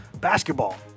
basketball